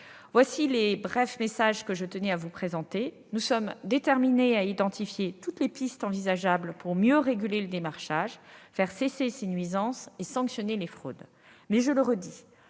sont les brefs messages que je tenais à vous présenter. Nous sommes déterminés à identifier toutes les pistes envisageables pour mieux réguler le démarchage, faire cesser ces nuisances et sanctionner les fraudes. Toutefois,